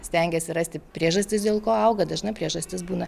stengiasi rasti priežastis dėl ko auga dažna priežastis būna